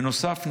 בנוסף,